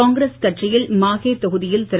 காங்கிரஸ் கட்சியில் மாஹே தொகுதியில் திரு